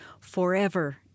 forever